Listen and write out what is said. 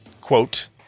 Quote